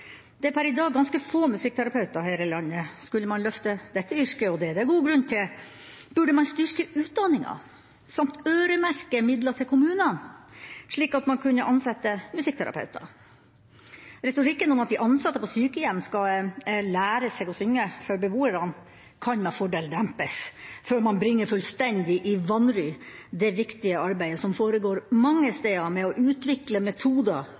Det er per i dag ganske få musikkterapeuter her i landet. Skulle man løfte dette yrket – og det er det god grunn til – burde man styrke utdanninga samt øremerke midler til kommunene, slik at man kunne ansette musikkterapeuter. Retorikken om at de ansatte på sykehjem skal lære seg å synge for beboerne, kan med fordel dempes, før man bringer i fullstendig vanry det viktige arbeidet som foregår mange steder med å utvikle metoder